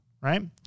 right